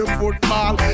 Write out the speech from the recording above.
football